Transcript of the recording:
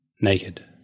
Naked